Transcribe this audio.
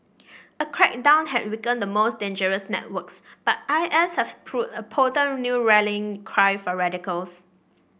a crackdown had weakened the most dangerous networks but I S has proved a potent new rallying cry for radicals